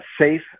safe